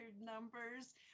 numbers